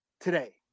today